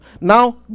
Now